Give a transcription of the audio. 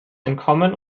entkommen